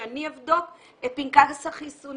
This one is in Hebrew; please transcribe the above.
שאני אבדוק את פנקס החיסונים,